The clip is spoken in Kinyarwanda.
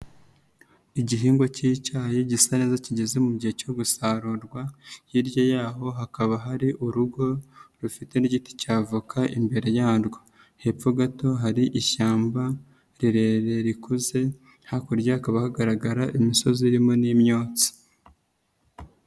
Igihingwa k'icyayi gisa neza kigeze mu gihe cyo gusarurwa, hirya y'aho hakaba hari urugo rufite n'igiti cya avoka imbere yarwo, hepfo gato hari ishyamba rirerire rikuze, hakurya hakaba hagaragara imisozi irimo n'imyotsi.